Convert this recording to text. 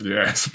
Yes